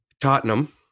tottenham